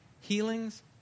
healings